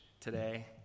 today